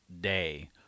day